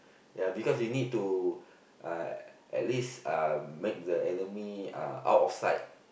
yeah because you need to uh at least uh make the enemy uh out of sight